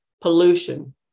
pollution